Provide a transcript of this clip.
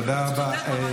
תודה רבה.